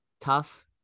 tough